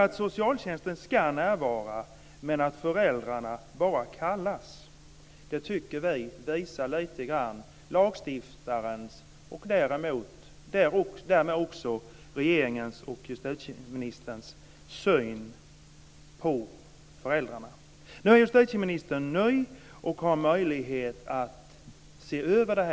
Att socialtjänsten ska närvara men att föräldrarna bara kallas tycker vi lite grann visar lagstiftarens och därmed också regeringens och justitieministerns syn på föräldrarna. Nu är justitieministern ny och har möjlighet att se över detta.